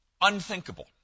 unthinkable